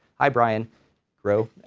hi brian gareau,